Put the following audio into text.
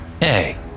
Hey